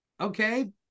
Okay